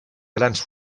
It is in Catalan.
grans